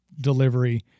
delivery